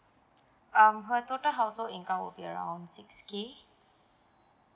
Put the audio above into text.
um her total household income will be around six K